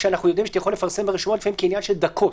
כשאנחנו יודעים שאתה יכול לפרסם ברשומות תוך דקות.